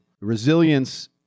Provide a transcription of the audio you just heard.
Resilience